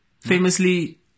Famously